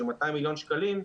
בסכום של 200 מיליון שקלים,